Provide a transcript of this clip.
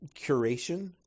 curation